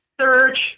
search